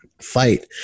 fight